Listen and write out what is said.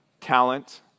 talent